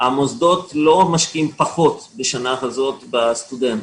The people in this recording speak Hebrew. המוסדות לא משקיעים פחות בשנה הזו בסטודנט.